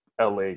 LA